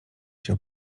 się